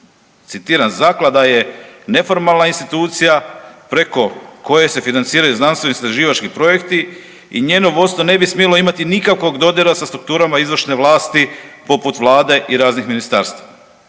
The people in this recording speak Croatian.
Citiram, zaklada je neformalna institucija preko koje se financiraju znanstveno istraživački projekti i njeno vodstvo ne bi smjelo imati nikakvog dodira sa strukturama izvršne vlasti poput vlade i raznih ministarstva.